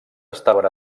estaven